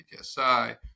PTSI